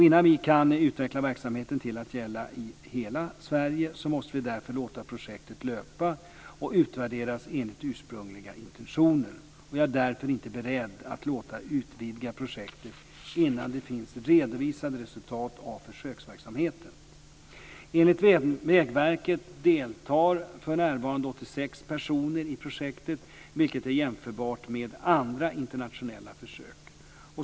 Innan vi kan utveckla verksamheten till att gälla i hela Sverige måste vi därför låta projektet löpa och utvärderas enligt ursprungliga intentioner. Jag är därför inte beredd att låta utvidga projektet innan det finns redovisade resultat av försöksverksamheten. Enligt Vägverket deltar för närvarande 86 personer i projektet, vilket är jämförbart med andra internationella försök.